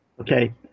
Okay